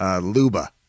Luba